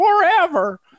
forever